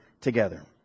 together